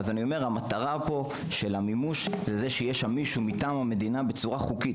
מטרת המימוש היא שיהיה שם מישהו בצורה חוקית,